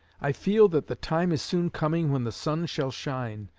i feel that the time is soon coming when the sun shall shine,